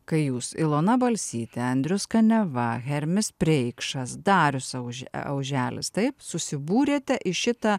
kai jūs ilona balsytė andrius kaniava hermis preikšas darius auželis taip susibūrėte į šitą